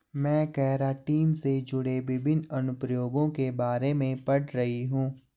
मैं केराटिन से जुड़े विभिन्न अनुप्रयोगों के बारे में पढ़ रही हूं